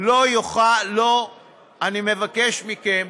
אני מבקש מכם